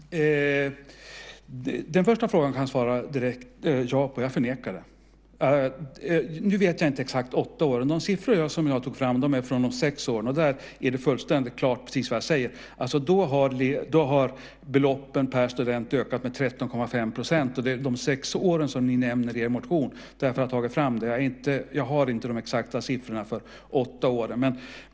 Fru talman! Ja! Den första frågan kan jag direkt svara ja på. Jag förnekar det! Nu vet jag inte exakt hur det är när det gäller åtta år. De siffror jag tog fram är från sex år tillbaka, och då är det fullständigt klart, precis det jag säger: Då har beloppen per student ökat med 13,5 %, och det är de sex åren som ni nämner i er motion. Därför har jag tagit fram den siffran. Jag har inte de exakta siffrorna från åtta år.